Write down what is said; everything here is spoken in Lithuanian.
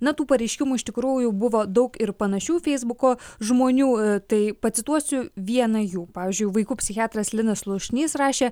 na tų pareiškimų iš tikrųjų buvo daug ir panašių feisbuko žmonių tai pacituosiu vieną jų pavyzdžiui vaikų psichiatras linas slušnys rašė